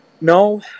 No